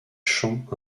champs